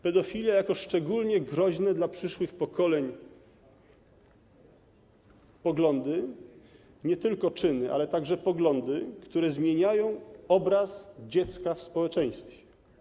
Pedofilia jako szczególnie groźne dla przyszłych pokoleń poglądy, nie tylko czyny, ale także poglądy, które zmieniają obraz dziecka w społeczeństwie.